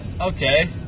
okay